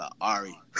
Ari